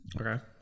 Okay